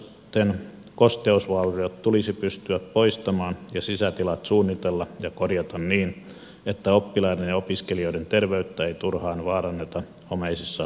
oppilaitosten kosteusvauriot tulisi pystyä poistamaan ja sisätilat suunnittelemaan ja korjaamaan niin että oppilaiden ja opiskelijoiden terveyttä ei turhaan vaaranneta homeisissa koulurakennuksissa